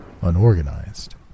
Unorganized